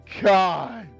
God